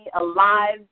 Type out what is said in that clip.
Alive